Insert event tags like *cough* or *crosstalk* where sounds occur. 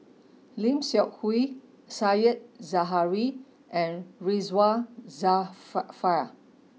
Lim Seok Hui Said Zahari and Ridzwan *unintelligible*